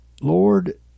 Lord